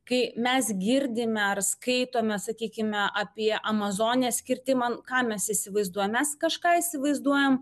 kai mes girdime ar skaitome sakykime apie amazonę skirti man ką mes įsivaizduojame mes kažką įsivaizduojame